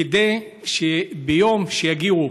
כדי שביום שיגיעו